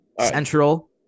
Central